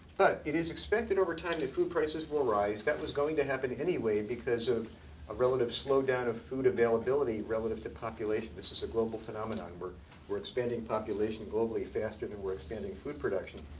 but it is expected over time that food prices will rise, that was going to happen anyway because of a relative slowdown of food availability relative to population. this is a global phenomenon, we're we're expanding population globally faster than we're expanding food production.